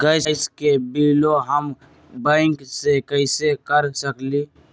Gas के बिलों हम बैंक से कैसे कर सकली?